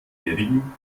jährigen